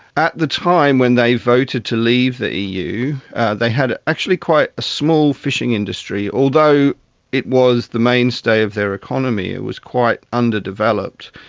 at the time when they voted to leave the eu they had actually quite a small fishing industry. although it was the mainstay of their economy, it was quite underdeveloped.